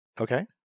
Okay